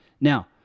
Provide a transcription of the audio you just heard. Now